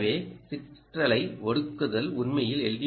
எனவே சிற்றலை ஒடுக்குதல் உண்மையில் எல்